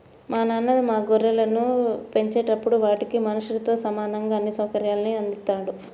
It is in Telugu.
మా నాన్న మా గొర్రెలను పెంచేటప్పుడు వాటికి మనుషులతో సమానంగా అన్ని సౌకర్యాల్ని అందిత్తారు